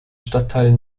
stadtteil